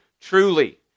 truly